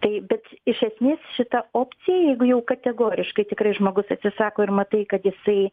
tai bet iš esmės šita opcija jeigu jau kategoriškai tikrai žmogus atsisako ir matai kad jisai